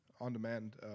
on-demand